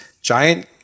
giant